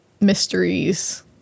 mysteries